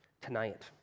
Tonight